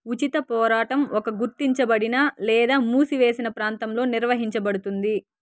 ఉచిత పోరాటం ఒక గుర్తించబడిన లేదా మూసివేసిన ప్రాంతంలో నిర్వహించబడుతుంది